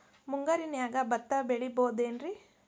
ಮುಂಗಾರಿನ್ಯಾಗ ಭತ್ತ ಬೆಳಿಬೊದೇನ್ರೇ?